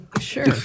Sure